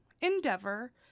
endeavor